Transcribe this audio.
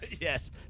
Yes